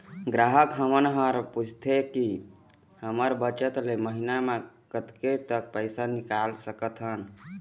ग्राहक हमन हर पूछथें की हमर बचत ले महीना मा कतेक तक पैसा निकाल सकथन?